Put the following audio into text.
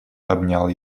обнял